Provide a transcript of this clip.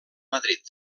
madrid